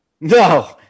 No